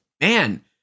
Man